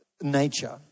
nature